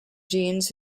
genes